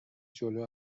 جلو